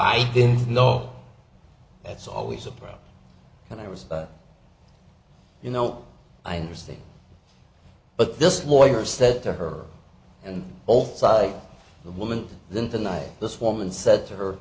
i didn't know that's always a problem and i was you know i understand but this lawyer said to her and old side the woman then tonight this woman said to her